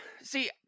See